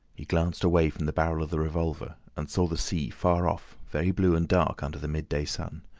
he glanced away from the barrel of the revolver and saw the sea far off very blue and dark under the midday sun,